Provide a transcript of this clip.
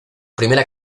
primera